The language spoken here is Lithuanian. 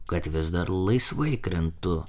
kad vis dar laisvai krentu